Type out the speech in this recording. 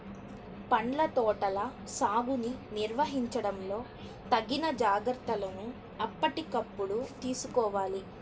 పండ్ల తోటల సాగుని నిర్వహించడంలో తగిన జాగ్రత్తలను ఎప్పటికప్పుడు తీసుకోవాలి